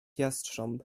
jastrząb